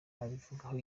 abivugaho